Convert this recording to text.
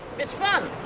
miss funn!